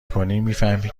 کنی، میفهمی